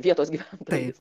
vietos gyventojais